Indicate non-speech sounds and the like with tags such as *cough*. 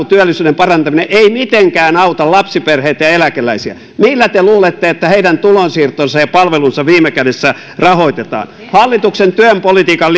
*unintelligible* työllisyyden parantaminen ei mitenkään auta lapsiperheitä ja ja eläkeläisiä millä te luulette että heidän tulonsiirtonsa ja palvelunsa viime kädessä rahoitetaan hallituksen työn politiikan *unintelligible*